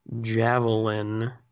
javelin